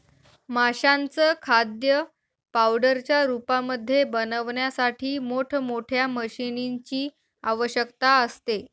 माशांचं खाद्य पावडरच्या रूपामध्ये बनवण्यासाठी मोठ मोठ्या मशीनीं ची आवश्यकता असते